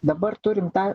dabar turim tą